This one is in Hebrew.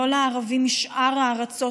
לא לערבים משאר הארצות,